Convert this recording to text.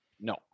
No